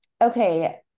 okay